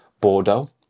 Bordeaux